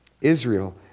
Israel